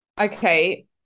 okay